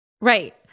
right